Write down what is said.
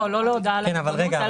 לא להודעה לעיתונות אלא לפרסום.